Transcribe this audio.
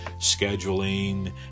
scheduling